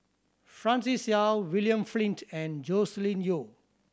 Francis Seow William Flint and Joscelin Yeo